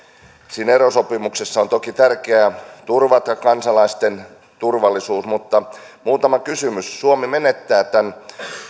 siinä erosopimuksessa on toki tärkeää turvata kansalaisten turvallisuus mutta muutama kysymys suomi menettää tämän